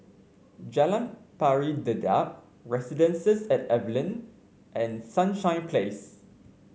Jalan Pari Dedap Residences at Evelyn and Sunshine Place